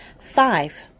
Five